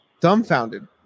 dumbfounded